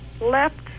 left